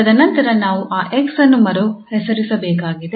ತದನಂತರ ನಾವು ಆ 𝑥 ಅನ್ನು ಮರುಹೆಸರಿಸಬೇಕಾಗಿದೆ